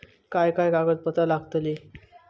काय काय कागदपत्रा लागतील?